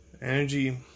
Energy